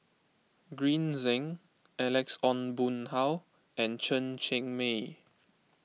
Green Zeng Alex Ong Boon Hau and Chen Cheng Mei